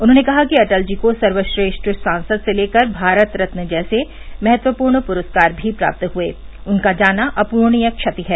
उन्होंने कहा कि अटल जी को सर्वश्रेष्ठ सांसद से लेकर भारत रत्न जैसे महत्वपूर्ण पुरस्कार भी प्राप्त हुए उनका जाना अपूरणीय क्षति है